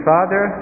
Father